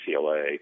UCLA